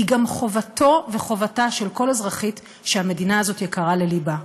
היא גם חובתו וחובתה של כל אזרחית שהמדינה הזאת יקרה ללבה.